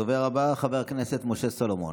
הדובר הבא, חבר הכנסת משה סולומון.